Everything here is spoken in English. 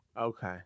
Okay